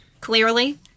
clearly